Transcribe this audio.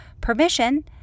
permission